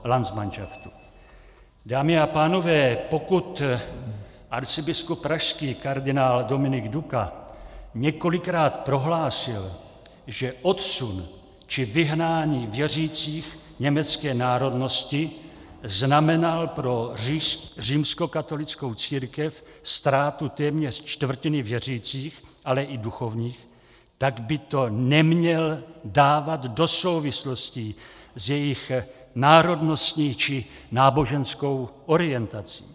Dámy a pánové, pokud arcibiskup pražský kardinál Dominik Duka několikrát prohlásil, že odsun či vyhnání věřících německé národnosti znamenal pro římskokatolickou církev ztrátu téměř čtvrtiny věřících, ale i duchovních, tak by to neměl dávat do souvislostí s jejich národností či náboženskou orientací.